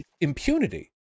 impunity